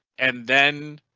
and then.